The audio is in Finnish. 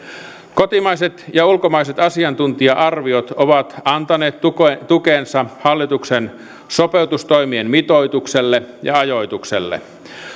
kotimaiset ja ulkomaiset asiantuntija arviot ovat antaneet tukensa tukensa hallituksen sopeutustoimien mitoitukselle ja ajoitukselle